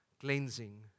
cleansing